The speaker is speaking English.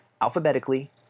alphabetically